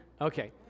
Okay